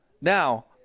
Now